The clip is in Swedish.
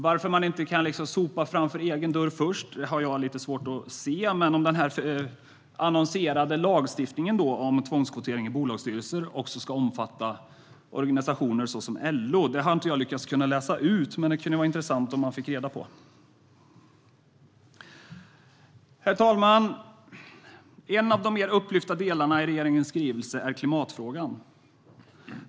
Varför man inte kan sopa framför egen dörr först har jag lite svårt att se, men om den här annonserade lagstiftningen om tvångskvotering i bolagsstyrelser också ska omfatta organisationer såsom LO har jag inte lyckats läsa ut. Det skulle vara intressant att få reda på det. Herr talman! En av de mer upplyfta delarna i regeringens skrivelse är klimatfrågan.